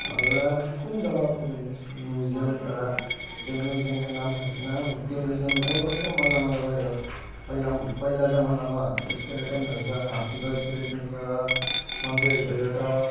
एउटा कुन जग्गा पो भन्दै म्युजियम तर त्यो म्युजियमको नाम थाहा छैन तिम्रो कस्तो मजा मजाको उयो पहिला पहिला जमानाको स्केलेटनहरू छ हात्तीको स्केलेटन छ मान्छेहरूको यो छ